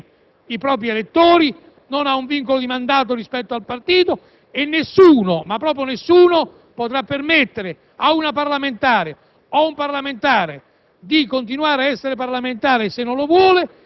il parlamentare liberamente esprime i propri elettori, non ha un vincolo di mandato rispetto al partito e nessuno, ma proprio nessuno, potrà obbligare una parlamentare o un parlamentare